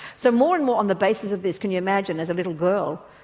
so more and more on the basis of this can you imagine as a little girl,